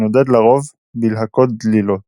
שנודד לרוב בלהקות דלילות.